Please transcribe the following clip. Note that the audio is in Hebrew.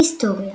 היסטוריה